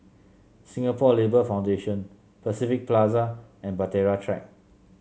Singapore Labour Foundation Pacific Plaza and Bahtera Track